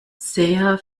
sehr